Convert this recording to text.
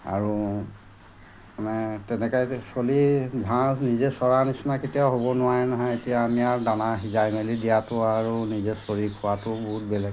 আৰু মানে তেনেকৈ চলি ঘাঁহ নিজে চৰা নিচিনা কেতিয়াও হ'ব নোৱাৰে নহয় এতিয়া আমি আৰ দানা সিজাই মেলি দিয়াতো আৰু নিজে চৰি খোৱাটো বহুত বেলেগ